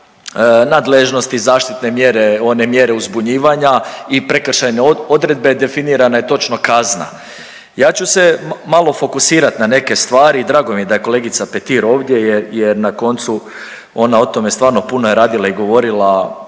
nadležnosti, zaštitne mjere, one mjere uzbunjivanja i prekršajne odredbe definirana je točno kazna. Ja ću se malo fokusirati na neke stvari, drago mi je da je kolegica Petir ovdje jer na koncu ona o tome stvarno puno je radila i govorila